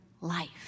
life